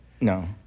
No